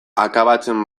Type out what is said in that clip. akabatzen